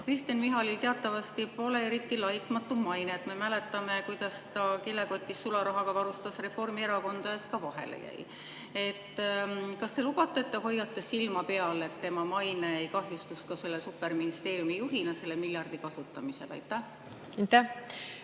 Kristen Michalil teatavasti pole eriti laitmatu maine. Me mäletame, kuidas ta kilekotis sularahaga varustas Reformierakonda ja siis ka vahele jäi. Kas te lubate, et te hoiate silma peal, et tema maine ei kahjustuks ka selle superministeeriumi juhina selle miljardi kasutamisel? Aitäh!